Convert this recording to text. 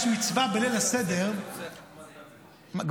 יש מצווה בליל הסדר --- יש לי פה --- מה,